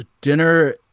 dinner